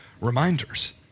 reminders